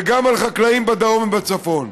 וגם על חקלאים בדרום ובצפון.